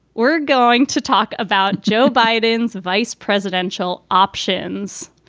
we're going to talk about joe biden's vice presidential options.